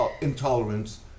intolerance